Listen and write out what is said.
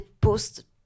post